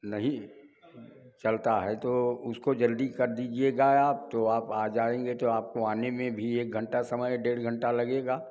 नहीं चलता है तो उसको जल्दी कर दीजिएगा आप तो आप आ जाएँगे तो आपको आने में भी एक घंटा समय डेढ़ घंटा लगेगा